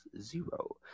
zero